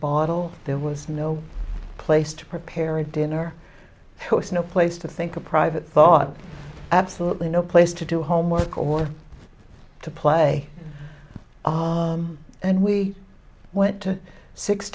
bottle there was no place to prepare dinner was no place to think a private thought absolutely no place to do homework or to play oh and we went to six